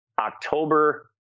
October